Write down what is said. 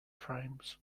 frames